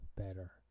better